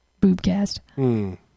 Boobcast